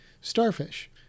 starfish